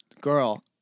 Girl